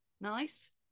nice